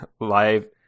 live